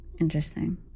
interesting